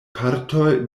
partoj